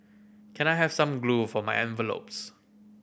can I have some glue for my envelopes